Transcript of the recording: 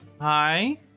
Hi